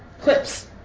clips